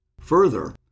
Further